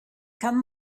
kann